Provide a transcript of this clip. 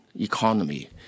economy